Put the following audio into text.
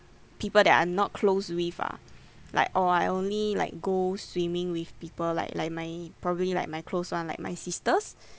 people that I'm not close with ah like oh I only like go swimming with people like like my probably like my close [one] like my sisters